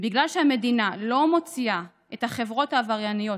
ובגלל שהמדינה לא מוציאה את החברות העברייניות